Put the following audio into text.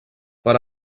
but